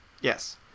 yes